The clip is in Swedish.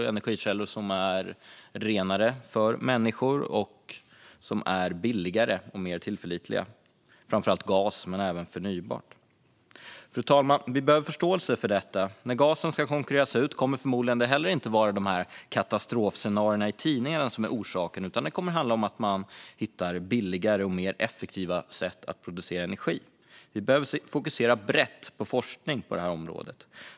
Det är energikällor som är renare för människor och som är billigare och mer tillförlitliga. Det gäller framför allt gas men även förnybart. Fru talman! Vi behöver förståelse för detta. När gasen ska konkurreras ut kommer det förmodligen inte heller att vara katastrofscenarierna i tidningarna som är orsaken, utan det kommer att handla om att man hittar billigare och mer effektiva sätt att producera energi. Vi behöver fokusera brett på forskning på området.